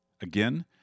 Again